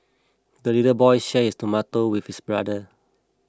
the little boy shared his tomato with his brother